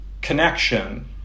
connection